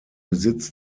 besitz